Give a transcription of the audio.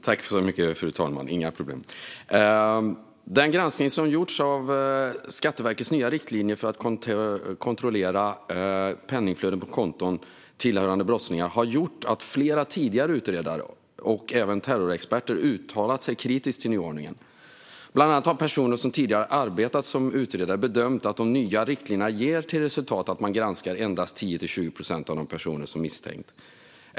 Fru talman! Den granskning som gjorts av Skatteverkets nya riktlinjer för att kontrollera penningflöden på konton tillhörande brottslingar har gjort att flera tidigare utredare och även terrorexperter uttalat sig kritiskt om nyordningen. Bland annat har personer som tidigare arbetat som utredare bedömt att de nya riktlinjerna resulterat i att man granskar endast 10-20 procent av de personer som misstänks.